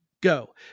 go